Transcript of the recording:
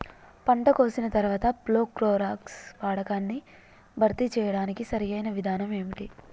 పంట కోసిన తర్వాత ప్రోక్లోరాక్స్ వాడకాన్ని భర్తీ చేయడానికి సరియైన విధానం ఏమిటి?